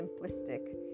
simplistic